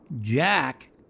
Jack